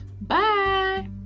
Bye